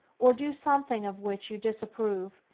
or do something of which you disapprove,